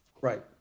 Right